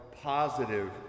positive